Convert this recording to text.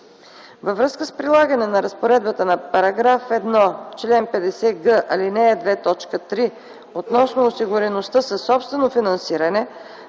Във връзка с прилагане на разпоредбата на § 1, чл. 50г, ал. 2, т. 3 относно осигуреността със собствено финансиране